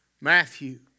Matthew